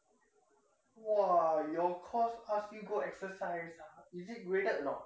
!wah! your course ask you go exercise ah is it graded or not